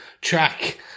track